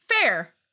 Fair